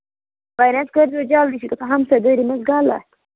وۅنۍ حظ کٔرۍزیٚو جلدی یہِ چھُ گژھان ہمسایہِ دٲری منٛز غلط